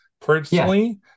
personally